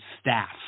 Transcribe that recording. staff